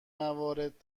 موارد